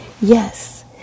Yes